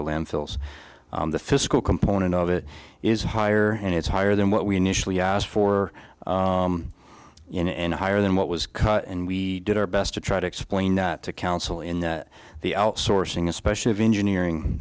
the landfills the fiscal component of it is higher and it's higher than what we initially asked for you know and higher than what was cut and we did our best to try to explain that to counsel in the outsourcing especially of engineering